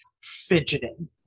fidgeting